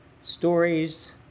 stories